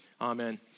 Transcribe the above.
amen